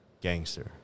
gangster